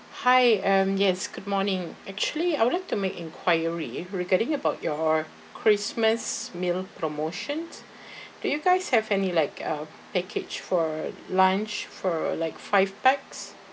hi um yes good morning actually I would like to make enquiry regarding about your christmas meal promotions do you guys have any like uh package for lunch for like five pax